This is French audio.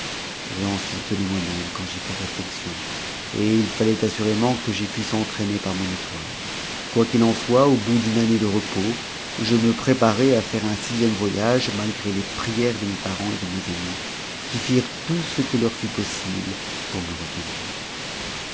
j'en suis étonné moi-même quand j'y faisréuexion et il fallait assurément que j'y fusse entraîné par mon étoile quoi qu'il en soit au bout d'une année de repos je me préparai à faire un sixième voyage malgré les prières de mes parents et de mes amis qui firent tout ce qui tour ut possible pour me retenir